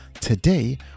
Today